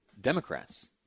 Democrats